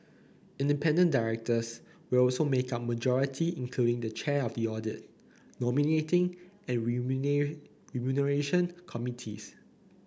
independent directors will also make up majority including the chair of the audit nominating and remuneration committees